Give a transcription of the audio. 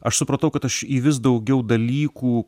aš supratau kad aš į vis daugiau dalykų